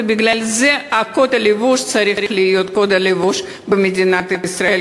ובגלל זה קוד הלבוש צריך להיות קוד הלבוש במדינת ישראל,